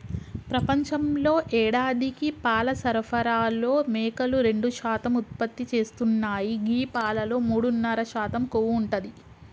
ప్రపంచంలో యేడాదికి పాల సరఫరాలో మేకలు రెండు శాతం ఉత్పత్తి చేస్తున్నాయి గీ పాలలో మూడున్నర శాతం కొవ్వు ఉంటది